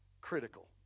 critical